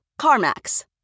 CarMax